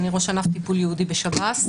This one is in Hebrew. אני ראש ענף טיפול ייעודי בש"ס.